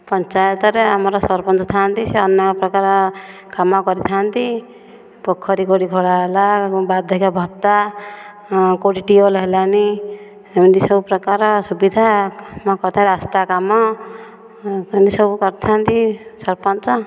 ପଞ୍ଚାୟତରେ ଆମର ସରପଞ୍ଚ ଥାଆନ୍ତି ସେ ଅନେକ ପ୍ରକାର କାମ କରିଥାଆନ୍ତି ପୋଖରୀ କେଉଁଠି ଖୋଳାହେଲା ବାର୍ଦ୍ଧକ୍ୟ ଭତ୍ତା କଉଠି ଟ୍ୟୁବ୍ ୱେଲ୍ ହେଲାନି ଏମିତି ସବୁ ପ୍ରକାର ସୁବିଧା ରାସ୍ତା କାମ ସବୁ କରିଥାଆନ୍ତି ସରପଞ୍ଚ